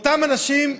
אותם אנשים,